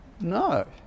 no